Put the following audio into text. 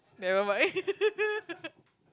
nevermind